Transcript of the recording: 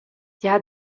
gia